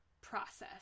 process